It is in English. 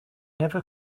never